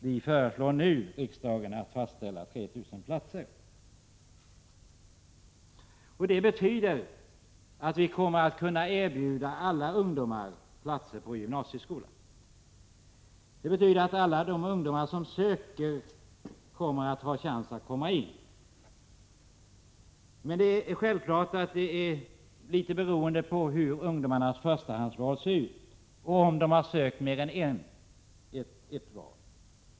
Vi föreslår nu riksdagen att fastställa att antalet platser ökar med 3 000. Detta betyder att vi kommer att kunna erbjuda alla ungdomar plats i gymnasieskolan. Det betyder också att alla de ungdomar som söker till gymnasieskolan kommer att ha chans att komma in. Men självfallet spelar också in hur ungdomarnas förstahandsval ser ut och om de har gjort fler än ett val.